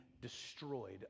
destroyed